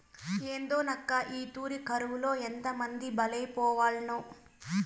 ఏందోనక్కా, ఈ తూరి కరువులో ఎంతమంది బలైపోవాల్నో